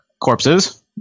corpses